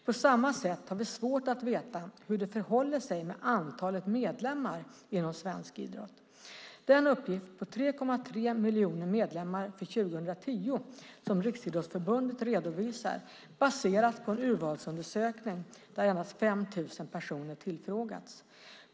På samma sätt har vi svårt att veta hur det förhåller sig med antalet medlemmar inom svensk idrott. Den uppgift på 3,3 miljoner medlemmar för 2010 som Riksidrottsförbundet redovisar baseras på en urvalsundersökning där endast 5 000 personer tillfrågats.